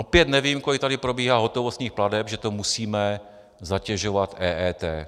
Opět nevím, kolik tady probíhá hotovostních plateb, že to musíme zatěžovat EET.